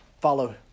follow